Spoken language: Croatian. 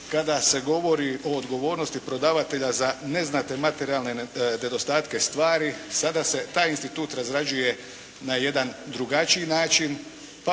kada se govori o odgovornosti prodavatelja za neznatne materijalne nedostatke stvari, sada se taj institut razrađuje na jedan drugačiji način,